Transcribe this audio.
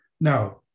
Now